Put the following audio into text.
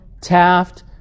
taft